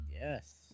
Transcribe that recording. Yes